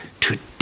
Today